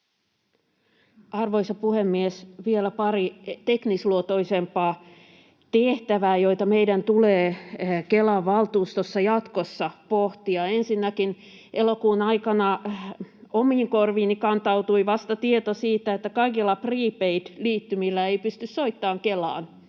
Arvoisa puhemies! Vielä pari teknisluontoisempaa tehtävää, joita meidän tulee Kelan valtuustossa jatkossa pohtia. Ensinnäkin, vasta elokuun aikana omiin korviini kantautui tieto siitä, että kaikilla prepaid-liittymillä ei pysty soittamaan Kelaan,